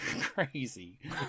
crazy